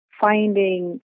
finding